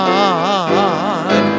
God